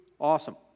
Awesome